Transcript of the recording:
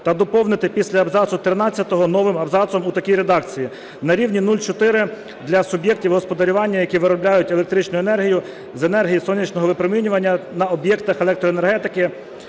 та доповнити після абзацу тринадцятого новим абзацом у такій редакції: "на рівні 0,4 – для суб'єктів господарювання, які виробляють електричну енергію з енергії сонячного випромінювання на об'єктах електроенергетики